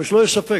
אבל שלא יהיה ספק: